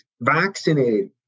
vaccinated